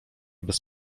bez